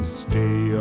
stay